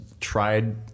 tried